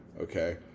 okay